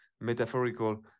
metaphorical